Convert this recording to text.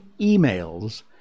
emails